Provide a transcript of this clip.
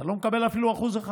אתה לא מקבל אפילו 1%,